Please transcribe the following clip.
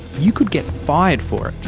you could get fired for it.